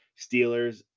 Steelers